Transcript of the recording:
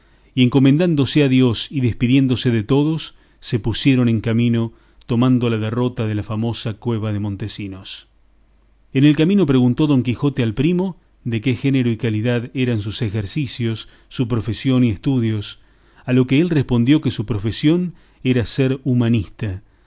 y encomendándose a dios y despediéndose de todos se pusieron en camino tomando la derrota de la famosa cueva de montesinos en el camino preguntó don quijote al primo de qué género y calidad eran sus ejercicios su profesión y estudios a lo que él respondió que su profesión era ser humanista